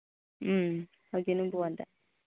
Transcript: ꯎꯝ ꯍꯧꯖꯤꯛꯅ ꯕꯣꯜꯗ